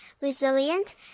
resilient